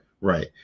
Right